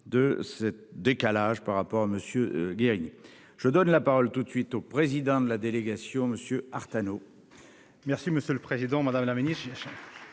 de ce décalage par rapport à monsieur Guérini. Je donne la parole tout de suite au président de la délégation monsieur Artano. Merci, monsieur le Président Madame la Ministre.